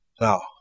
Now